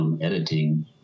editing